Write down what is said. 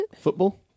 Football